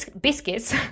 biscuits